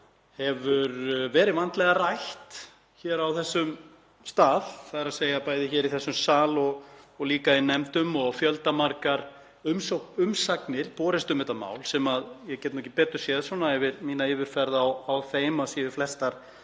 mál hefur verið vandlega rætt hér á þessum stað, bæði í þessum sal og líka í nefndum og fjöldamargar umsagnir hafa borist um þetta mál sem ég get ekki betur séð við mína yfirferð á þeim en að séu flestar